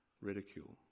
ridicule